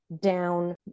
down